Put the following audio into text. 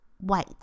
white